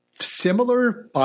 similar